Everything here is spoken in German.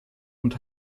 und